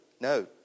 no